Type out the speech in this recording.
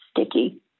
sticky